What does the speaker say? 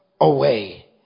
away